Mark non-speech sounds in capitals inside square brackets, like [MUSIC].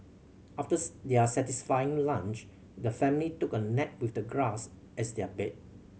after [UNINTELLIGIBLE] their satisfying lunch the family took a nap with the grass as their bed